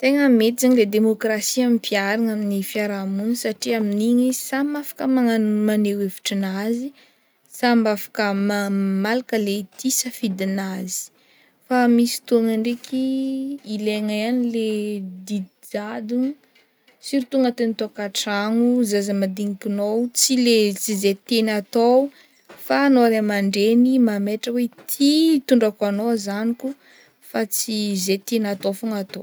Tegna mety zegny e demokrasia ampiharigna amin'ny fiarahamony satria amin'igny izy samy afaka magna- maneho hevitrinazy, samby afaka ma- malaka le ity safidinazy fa misy fotoagna ndraiky ilaigna ihany le didy jadogno surtout agnatin'ny tokantragno zaza madinikinao tsy le tsy zay tiany atao fa anao ray amandreny mametra hoe ity hitondrako anao zanako fa tsy zay tiana atao fogna atao.